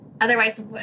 Otherwise